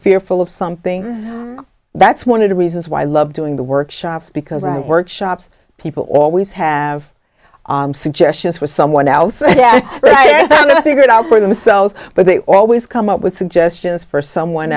fearful of something that's one of the reasons why i love doing the workshops because i workshops people always have suggestions for someone else figure it out for themselves but they always come up with suggestions for someone